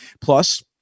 Plus